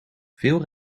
veel